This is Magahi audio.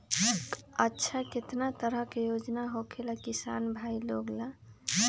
अच्छा कितना तरह के योजना होखेला किसान भाई लोग ला?